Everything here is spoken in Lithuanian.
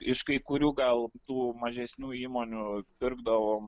iš kai kurių gal tų mažesnių įmonių pirkdavom